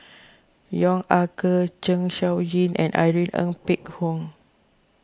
Yong Ah Kee Zeng Shouyin and Irene Ng Phek Hoong